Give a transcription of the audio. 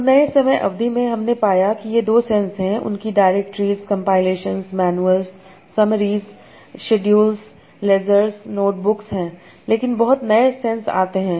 तो नए समय की अवधि में हमने पाया कि ये दो सेंस उनकी directories compilations manuals summaries schedules ledgers notebook हैं लेकिन बहुत नए सेंस आते हैं